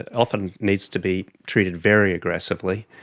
and often needs to be treated very aggressively.